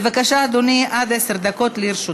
בבקשה, אדוני, עד עשר דקות לרשותך.